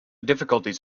difficulties